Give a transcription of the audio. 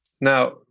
now